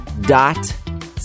dot